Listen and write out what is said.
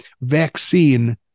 vaccine